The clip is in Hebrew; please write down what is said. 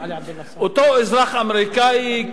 אותו אזרח אמריקני,